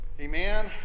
Amen